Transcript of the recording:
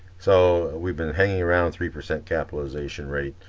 so we've been hanging around three percent capitalization rate,